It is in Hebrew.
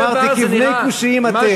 אמרתי: "כבני כשיים אתם".